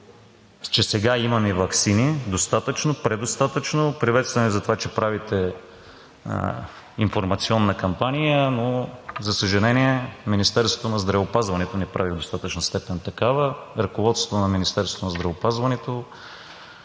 че сега имаме ваксини – достатъчно, предостатъчно. Приветстваме Ви за това, че правите информационна кампания, но, за съжаление, Министерството на здравеопазването не прави в достатъчна степен такава. Ръководството на Министерството на здравеопазването